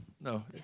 no